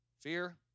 fear